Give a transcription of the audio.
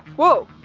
whoa.